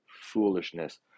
foolishness